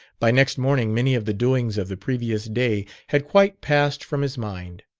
by next morning many of the doings of the previous day had quite passed from his mind.